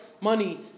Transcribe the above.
money